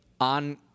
on